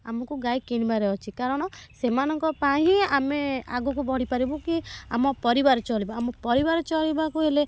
ଆମକୁ ଗାଈ କିଣିବାର ଅଛି କାରଣ ସେମାନଙ୍କ ପାଇଁ ହିଁ ଆମେ ଆଗକୁ ବଢ଼ି ପାରିବୁ କି ଆମ ପରିବାର ଚଳିବ ଆମ ପରିବାର ଚଳିବାକୁ ହେଲେ